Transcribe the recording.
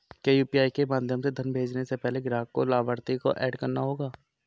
क्या यू.पी.आई के माध्यम से धन भेजने से पहले ग्राहक को लाभार्थी को एड करना होगा?